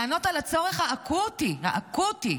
לענות על הצורך האקוטי, האקוטי,